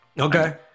Okay